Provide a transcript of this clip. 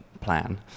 plan